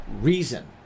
reason